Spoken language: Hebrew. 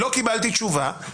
לא קיבלתי תשובה.